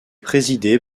présidé